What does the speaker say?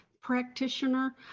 practitioner